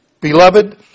Beloved